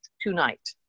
tonight